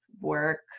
work